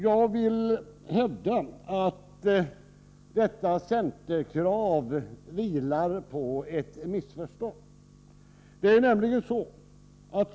Jag vill hävda att detta centerkrav vilar på ett missförstånd.